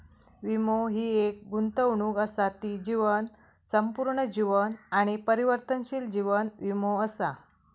वीमो हि एक गुंतवणूक असा ती जीवन, संपूर्ण जीवन आणि परिवर्तनशील जीवन वीमो असा